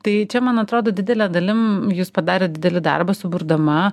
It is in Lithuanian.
tai čia man atrodo didele dalim jūs padarėt didelį darbą suburdama